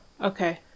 Okay